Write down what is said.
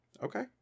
Okay